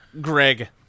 Greg